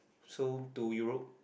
so to Europe